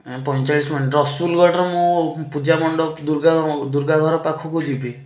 ଏଁ ପଇଁଚାଳିଶ ମିନିଟ୍ ରସୁଲଗଡ଼ର ମୁଁ ପୂଜାମଣ୍ଡପ ଦୁର୍ଗା ଦୁର୍ଗାଘର ପାଖକୁ ଯିବି